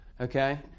okay